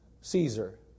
Caesar